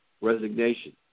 resignation